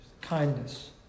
kindness